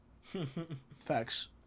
Facts